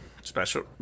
Special